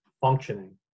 functioning